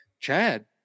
Chad